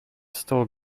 still